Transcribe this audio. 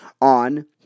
on